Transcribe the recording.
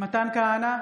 מתן כהנא,